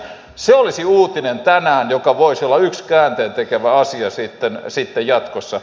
se olisi uutinen tänään joka voisi olla yksi käänteentekevä asia sitten jatkossa